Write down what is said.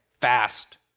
fast